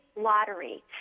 lottery